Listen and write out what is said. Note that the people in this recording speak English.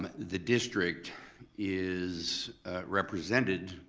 the district is represented